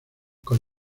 con